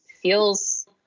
feels